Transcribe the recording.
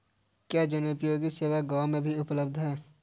क्या जनोपयोगी सेवा गाँव में भी उपलब्ध है?